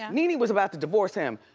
um nene was about to divorce him.